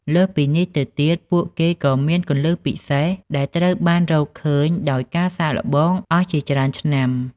លើសពីនេះទៅទៀត ពួកគេក៏មាន គន្លឹះពិសេស ដែលត្រូវបានរកឃើញដោយការសាកល្បងអស់ជាច្រើនឆ្នាំ។